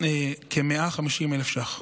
כ-150,000 ש"ח.